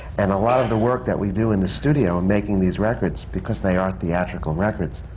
and a lot of the work that we do in the studio in making these records, because they are theatrical records,